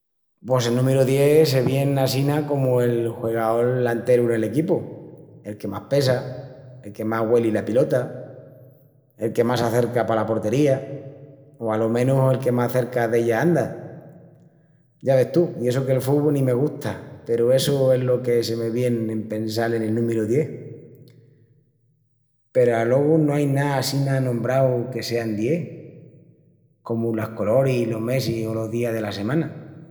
Pos el númiru dies se vien assina comu'l juegaol lanteru nel equipu, el que más pesa ,el que mas güeli la pilota, el que más s'acerca pala portería o, alo menus, el que más cerca d'ella anda. Ya ves tú, i essu que'l fubu ni me gusta peru essu es lo que se me vien en pensal en el númiru dies. Peru alogu no ai ná assina anombrau que sean dies, comu las coloris, los mesis o los días dela semana.